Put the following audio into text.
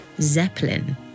zeppelin